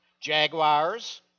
jaguars